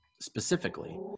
specifically